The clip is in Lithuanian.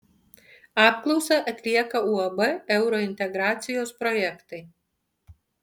apklausą atlieka uab eurointegracijos projektai